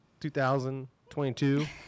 2022